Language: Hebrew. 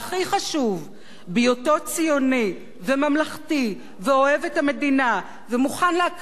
בהיותו ציוני וממלכתי ואוהב את המדינה ומוכן להקריב למענה בכל עת,